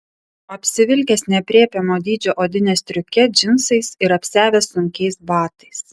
apsivilkęs neaprėpiamo dydžio odine stiuke džinsais ir apsiavęs sunkiais batais